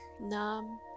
numb